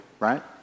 right